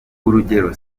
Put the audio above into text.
urugero